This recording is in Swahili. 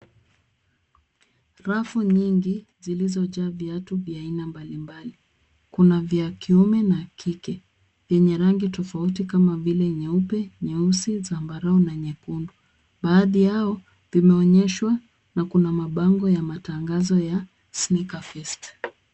Rafu nyingi zilizojaa viatu vya aina mbalimbali. Kuna vya kiume na kike yenye rangi tofauti kama vile nyeupe nyeusi zambarau na nyekundu . Baadhi yao vimeonyeshwa na kuna mabango ya matangazo ya SNAEKER FEST.